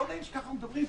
לא נעים שככה מדברים פה,